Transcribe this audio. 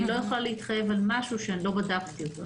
אני לא יכולה להתחייב על משהו שלא בדקתי אותו עדיין.